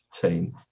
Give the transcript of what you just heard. team